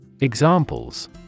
Examples